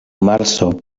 marso